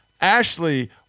Ashley